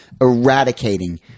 eradicating